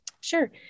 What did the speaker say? Sure